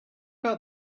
about